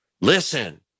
listen